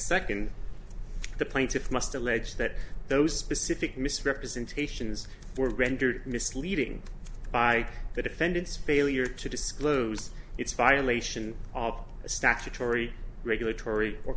second the plaintiffs must allege that those specific misrepresentations were rendered misleading by the defendant's failure to disclose its violation of statutory regulatory or